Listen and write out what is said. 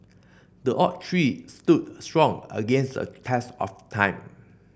the oak tree stood strong against a test of time